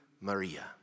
Maria